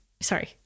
sorry